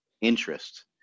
interest